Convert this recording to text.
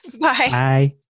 Bye